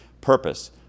Purpose